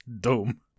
doom